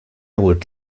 would